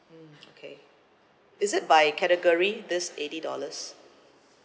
mm okay is it by category this eighty dollars